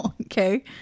okay